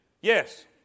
Yes